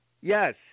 yes